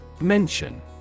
Mention